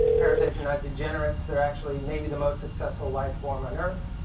parasites are not degenerates, they're actually maybe the most successful life form on earth.